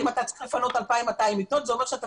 אם אתה צריך לפנות 2,200 מיטות זה אומר שאתה